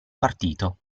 partito